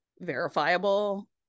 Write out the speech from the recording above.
verifiable